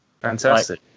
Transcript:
Fantastic